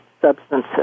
substances